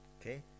okay